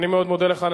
אני מאוד מודה לך.